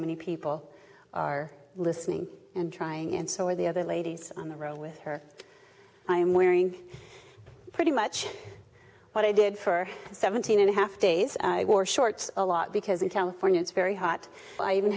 many people are listening and trying and so are the other ladies on the road with her i am wearing pretty much what i did for seventeen and a half days i wore shorts a lot because in california it's very hot i even